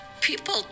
People